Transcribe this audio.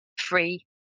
free